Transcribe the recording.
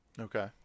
Okay